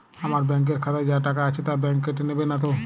আমার ব্যাঙ্ক এর খাতায় যা টাকা আছে তা বাংক কেটে নেবে নাতো?